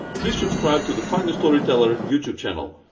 please subscribe to the finance storyteller youtube channel!